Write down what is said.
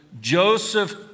Joseph